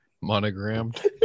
monogrammed